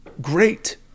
Great